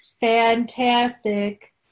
fantastic